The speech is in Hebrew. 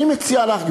אני מציע לך,